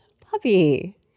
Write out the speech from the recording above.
Puppy